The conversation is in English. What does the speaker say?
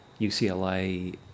UCLA